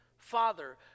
father